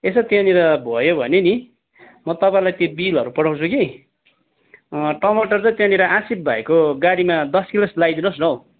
यसो त्यहाँनिर भयो भने नि म तपाईँलाई त्यो बिलहरू पठाउँछु कि टमाटर चाहिँ त्यहाँनिर आसिक भाइको गाडीमा दस किलो जस्तो लगाइदिनुहोस् न हौ